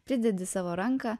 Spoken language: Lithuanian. pridedi savo ranką